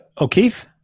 O'Keefe